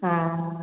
हा